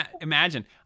imagine